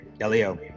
Elio